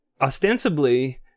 ostensibly